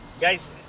guys